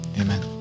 Amen